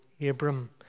Abram